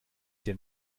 den